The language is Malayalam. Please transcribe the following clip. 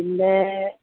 പിന്നേ